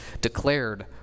declared